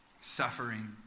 Suffering